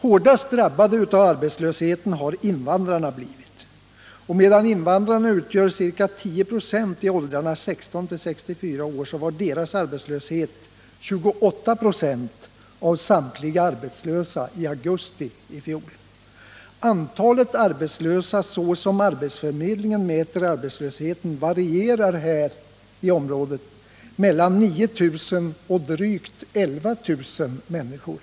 Hårdast drabbade av arbetslösheten har invandrarna blivit. Medan invandrarna utgör ca 10 96 av samtliga medborgare i åldrarna 16-64 år, utgjorde de 28 96 av samtliga arbetslösa i augusti månad i fjol. Antalet arbetslösa, såsom arbetsförmedlingen mäter arbetslösheten, varierar i området mellan 9 000 och drygt 11 000 människor.